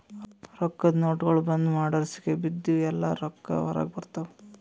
ರೊಕ್ಕಾದು ನೋಟ್ಗೊಳ್ ಬಂದ್ ಮಾಡುರ್ ಸಿಗಿಬಿದ್ದಿವ್ ಎಲ್ಲಾ ರೊಕ್ಕಾ ಹೊರಗ ಬರ್ತಾವ್